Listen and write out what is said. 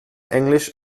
englisch